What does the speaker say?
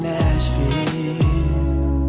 Nashville